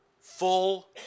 Full